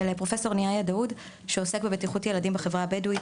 פרופ' ניהאיה דאוד שעוסק בבטיחות ילדים בחברה הבדואית,